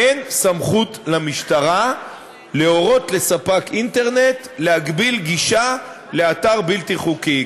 אין סמכות למשטרה להורות לספק אינטרנט להגביל גישה לאתר בלתי חוקי.